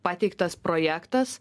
pateiktas projektas